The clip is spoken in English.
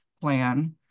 plan